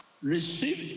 Receive